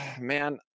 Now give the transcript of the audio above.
man